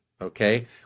okay